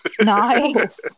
Nice